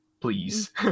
please